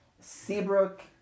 Seabrook